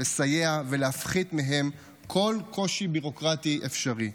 לסייע ולהפחית מהם כל קושי ביורוקרטי אפשרי,